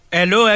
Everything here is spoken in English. Hello